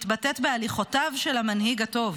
מתבטאת בהליכותיו של המנהיג הטוב